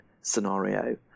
scenario